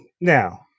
now